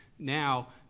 now,